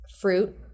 fruit